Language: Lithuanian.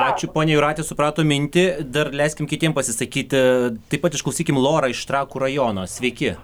ačiū ponia jūrate supratom mintį dar leiskim kitiem pasisakyti taip pat išklausykim lorą iš trakų rajono sveiki